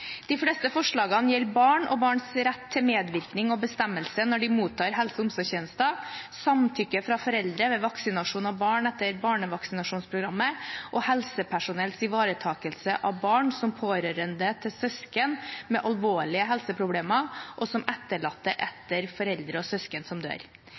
De fleste forslagene gjelder barn og barns rett til medvirkning og bestemmelse når de mottar helse- og omsorgstjenester, samtykke fra foreldre ved vaksinasjon av barn etter barnevaksinasjonsprogrammet og helsepersonells ivaretakelse av barn som pårørende til søsken med alvorlige helseproblemer og som etterlatte etter foreldre og søsken som dør.